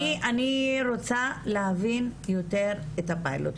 אני רוצה להבין יותר את הפיילוט,